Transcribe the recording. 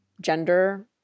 gender